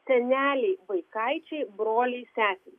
seneliai vaikaičiai broliai seserys